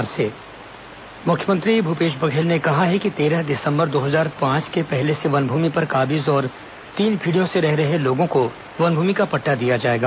मुख्यमंत्री बलरामपुर रायपुर मुख्यमंत्री भूपेश बघेल ने कहा है कि तेरह दिसम्बर दो हजार पांच के पहले से वन भूमि पर काबिज और तीन पीढ़ियों से रहे रहे लोगों को वन भूमि का पट्टा दिया जाएगा